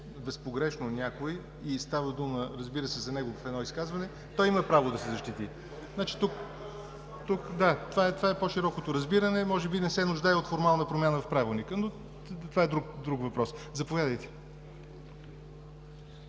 безпогрешно някой и става дума, разбира се, за него в едно изказване, той има право да се защити. Да, това е по-широкото разбиране. Може би не се нуждае от формална промяна в Правилника, но това е друг въпрос. Заповядайте.